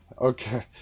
Okay